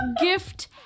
Gift